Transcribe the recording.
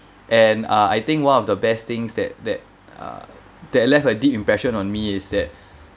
and uh I think one of the best things that that uh that left a deep impression on me is that